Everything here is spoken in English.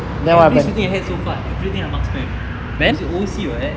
every shooting I had so far everything I marksman he's your O_C what